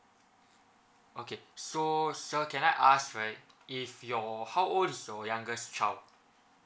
okay so sir can I ask right if your how old is your youngest child